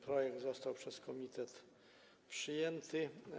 Projekt został przez komitet przyjęty.